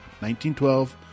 1912